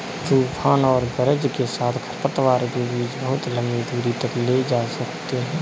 तूफान और गरज के साथ खरपतवार के बीज बहुत लंबी दूरी तक ले जा सकते हैं